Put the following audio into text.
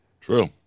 True